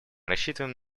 рассчитываем